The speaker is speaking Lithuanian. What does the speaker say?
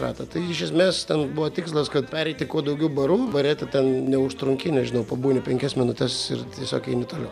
ratą tai iš esmės ten buvo tikslas kad pereiti kuo daugiau barų bare tu ten neužtrunki nežinau pabūni penkias minutes ir tiesiog eini toliau